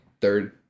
third